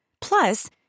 Plus